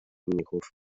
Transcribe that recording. mnichów